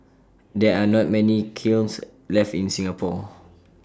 there are not many kilns left in Singapore